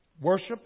Worship